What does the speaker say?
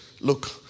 look